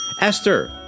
Esther